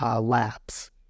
Labs